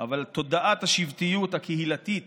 אבל תודעת השבטיות הקהילתית